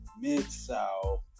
Mid-South